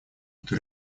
эту